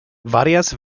varias